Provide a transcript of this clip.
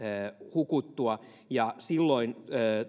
hukuttua ja silloin